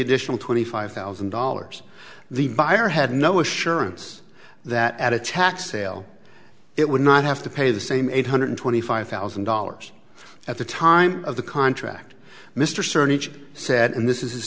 additional twenty five thousand dollars the buyer had no assurance that at a tax sale it would not have to pay the same eight hundred twenty five thousand dollars at the time of the contract mr certain each said and this is his